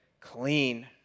clean